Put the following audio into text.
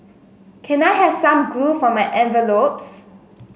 can I have some glue for my envelopes